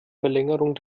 verlängerung